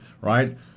right